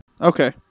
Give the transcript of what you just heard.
Okay